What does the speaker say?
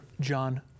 John